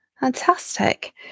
Fantastic